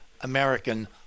american